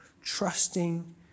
trusting